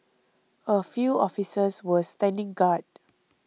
a few officers were standing guard